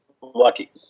lucky